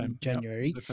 January